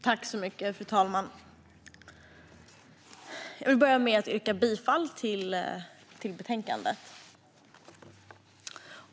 Fru talman! Jag vill börja med att yrka bifall till förslaget.